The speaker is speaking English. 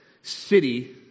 city